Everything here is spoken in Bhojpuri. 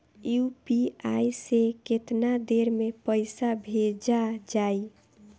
यू.पी.आई से केतना देर मे पईसा भेजा जाई?